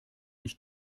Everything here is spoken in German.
ich